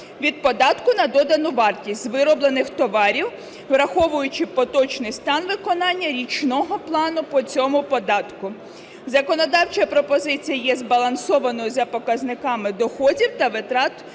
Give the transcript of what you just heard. від податку на додану вартість з вироблених товарів, враховуючи поточний стан виконання річного плану по цьому податку. Законодавча пропозиція є збалансованою за показниками доходів та витрат